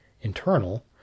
internal